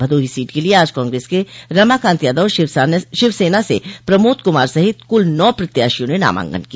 Bhadohi seat के लिये आज कांग्रेस के रमाकांत यादव और शिवसेना से प्रमोद कुमार सहित कुल नौ प्रत्याशियों ने नामांकन किया